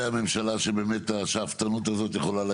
הממשלה שהשאפתנות הזאת יכולה לקרות?